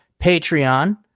Patreon